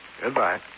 Goodbye